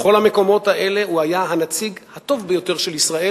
בכל המקומות האלה הוא היה הנציג הטוב ביותר של ישראל,